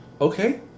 Okay